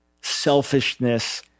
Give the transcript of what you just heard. selfishness